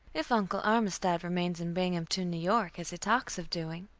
if uncle armistead remains in binghampton, new york, as he talks of doing.